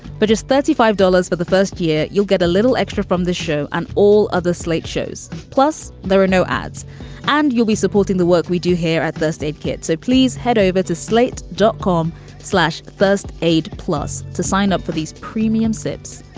but just thirty five dollars for but the first year. you'll get a little extra from the show and all other slate shows. plus, there are no ads and you'll be supporting the work we do here at first aid kit. so please head over to slate, dot com slash first aid plus to sign up for these premium slips.